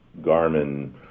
Garmin